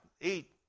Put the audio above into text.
eat